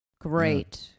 Great